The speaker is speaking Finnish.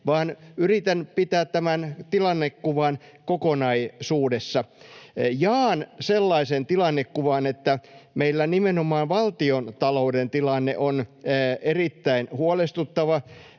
vaan yritän pitää tämän tilannekuvan kokonaisuudessa. Jaan sellaisen tilannekuvan, että meillä nimenomaan valtiontalouden tilanne on erittäin huolestuttava.